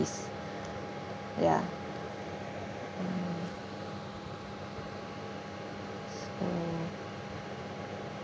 ya mm so